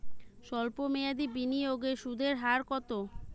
সল্প মেয়াদি বিনিয়োগে সুদের হার কত?